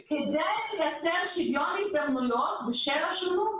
כדי לייצר שוויון הזדמנויות בשל השונות.